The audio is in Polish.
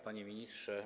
Panie Ministrze!